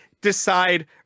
decide